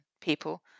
people